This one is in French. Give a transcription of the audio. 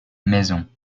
maisons